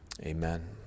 Amen